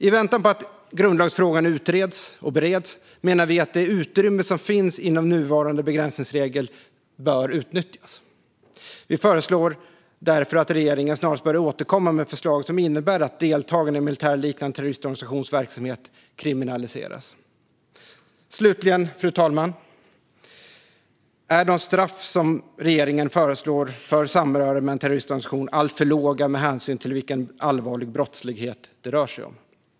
I väntan på att grundlagsfrågan utreds och bereds menar vi att det utrymme som finns inom nuvarande begränsningsregel bör utnyttjas. Vi föreslår därför att regeringen snarast bör återkomma med förslag som innebär att deltagande i en militärliknande terroristorganisations verksamhet kriminaliseras. Slutligen, fru talman, är de straff som regeringen föreslår för samröre med en terroristorganisation alltför låga med hänsyn till vilken allvarlig brottslighet det rör sig om.